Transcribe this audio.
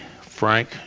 Frank